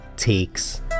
takes